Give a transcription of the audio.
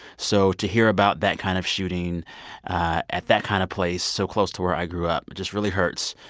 so to hear about that kind of shooting at that kind of place so close to where i grew up but just really hurts.